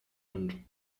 and